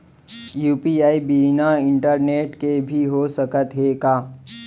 UPI बिना internet के भी हो सकत हे का?